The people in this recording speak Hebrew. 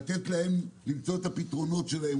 לתת להם למצוא את הפתרונות שלהם,